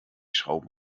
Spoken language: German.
schrauben